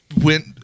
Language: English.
went